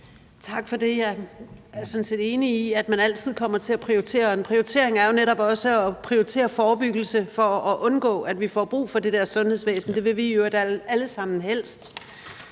Tak for det. Jeg er sådan set enig i, at man altid kommer til at prioritere, og en prioritering er jo netop også at prioritere forebyggelse for at undgå, at vi får brug for det der sundhedsvæsen – det vil vi i øvrigt alle sammen helst.